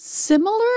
Similar